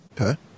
okay